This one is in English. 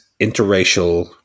interracial